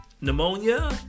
pneumonia